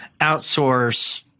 outsource